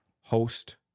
host